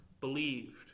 believed